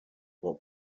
what